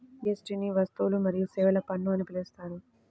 జీఎస్టీని వస్తువులు మరియు సేవల పన్ను అని పిలుస్తారు